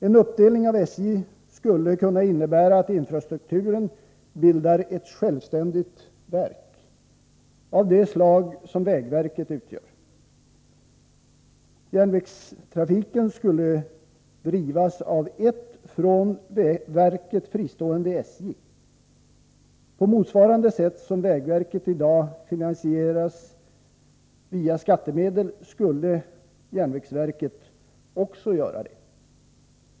En uppdelning av SJ skulle kunna innebära att infrastrukturen bildar ett självständigt verk av det slag som vägverket utgör. Järnvägstrafiken skulle drivas av ett från verket fristående SJ. På motsvarande sätt som vägverket i dag finansieras via skattemedel skulle ”järnvägsverket” också finansieras.